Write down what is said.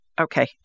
Okay